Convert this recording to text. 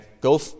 Go